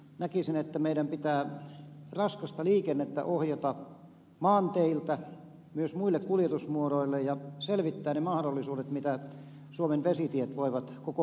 näkisin että meidän pitää raskasta liikennettä ohjata maanteiltä myös muille kuljetusmuodoille ja selvittää ne mahdollisuudet mitä suomen vesitiet voivat koko